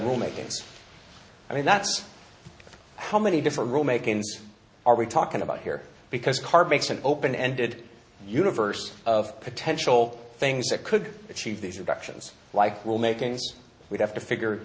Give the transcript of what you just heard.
rule makings i mean that's how many different rule makings are we talking about here because card makes an open ended universe of potential things that could achieve these abductions like will makings we have to figure